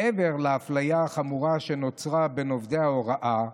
מעבר לאפליה החמורה שנוצרה בין עובדי ההוראה,